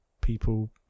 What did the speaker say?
people